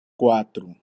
quatro